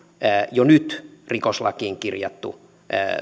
jo nyt rikoslakiin kirjattu